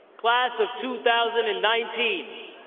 class of two thousand and nineteen